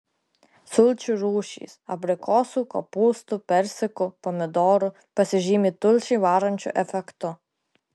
sulčių rūšis abrikosų kopūstų persikų pomidorų pasižymi tulžį varančiu efektu